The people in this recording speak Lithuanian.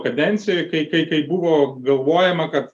kadencijoj kai kai kai buvo galvojama kad